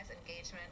Engagement